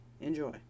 Enjoy